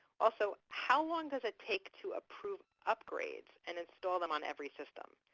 also, how long does it take to approve upgrades and install them on every system?